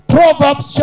Proverbs